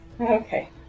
Okay